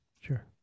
Sure